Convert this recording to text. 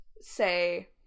say